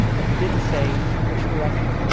but you didn't say, which direction.